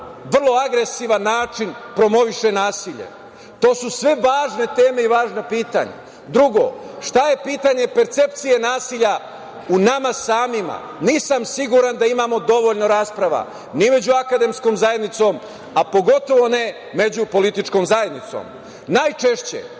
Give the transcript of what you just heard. vrlo agresivan način promovišemo nasilje? To su sve važne teme i važna pitanja. Drugo, šta je pitanje percepcije nasilja u nama samima? Nisam siguran da imamo dovoljno rasprava ni u među akademskom zajednicom, a pogotovo ne među političkom zajednicom. Najčešće